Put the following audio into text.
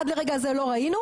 עד לרגע הזה לא ראינו,